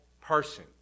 person